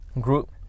Group